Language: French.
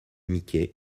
mickey